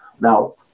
Now